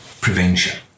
prevention